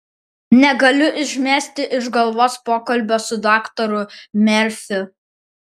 negaliu išmesti iš galvos pokalbio su daktaru merfiu